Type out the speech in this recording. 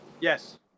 Yes